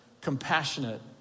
compassionate